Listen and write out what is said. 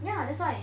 ya that's why